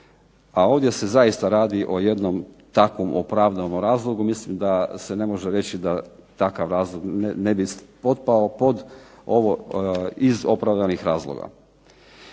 A ovdje se zaista radi o jednom takvom opravdanom razlogu. Mislim da se ne može reći da takav razlog ne bi potpao pod ovo iz opravdanih razloga.